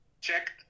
checked